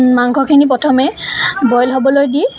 মাংসখিনি প্ৰথমে বইল হ'বলৈ দি